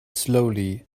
slowly